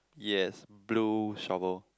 yes blue shovel